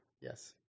yes